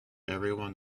everyone